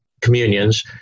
communions